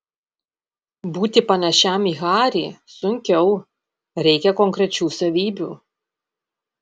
būti panašiam į harį sunkiau reikia konkrečių savybių